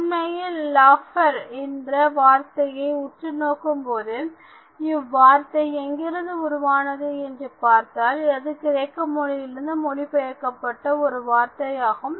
உண்மையில் லாஃப்டர் என்ற வார்த்தையை உற்று நோக்கும் பொழுது இவ்வார்த்தை எங்கிருந்து உருவானது என்று பார்த்தால் அது கிரேக்க மொழியிலிருந்து மொழிபெயர்க்கப்பட்ட ஒரு வார்த்தையாகும்